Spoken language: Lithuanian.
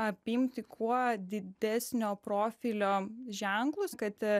apimti kuo didesnio profilio ženklus kad